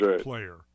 player